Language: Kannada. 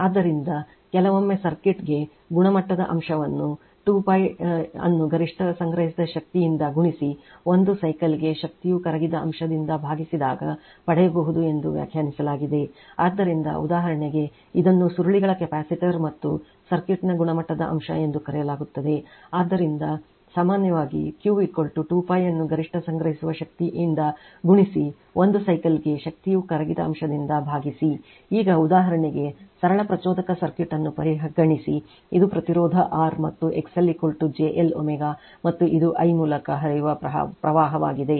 ಆದ್ದರಿಂದ ಕೆಲವೊಮ್ಮೆ ಸರ್ಕ್ಯೂಟ್ಗೆ ಗುಣಮಟ್ಟದ ಅಂಶವನ್ನು 2 pi ಅನ್ನು ಗರಿಷ್ಠ ಸಂಗ್ರಹಿಸಿದ ಶಕ್ತಿ ಭಾಗಿಸಿ ಈಗ ಉದಾಹರಣೆಗೆ ಸರಳವಾದ ಪ್ರಚೋದಕ ಸರ್ಕ್ಯೂಟ್ ಅನ್ನು ಪರಿಗಣಿಸಿ ಇದು ಪ್ರತಿರೋಧ R ಇದು XL JL ω ಮತ್ತು ಇದು I ಮೂಲಕ ಹರಿಯುವ ಪ್ರವಾಹವಾಗಿದೆ